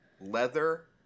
leather